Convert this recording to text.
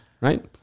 right